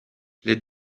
les